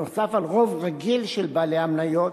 נוסף על רוב רגיל של בעלי המניות,